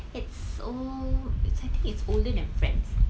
it's old it's I think it's older than friends